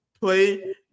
play